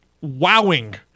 wowing